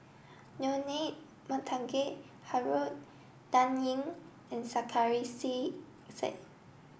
Leonard Montague Harrod Dan Ying and Sarkasi Said